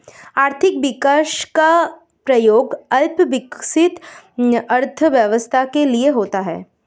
आर्थिक विकास का प्रयोग अल्प विकसित अर्थव्यवस्था के लिए होता है